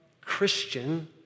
Christian